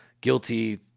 guilty